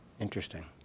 interesting